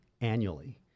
annually